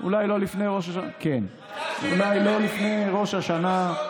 אולי לא לפני ראש השנה,